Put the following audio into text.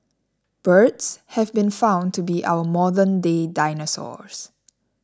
birds have been found to be our modernday dinosaurs